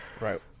Right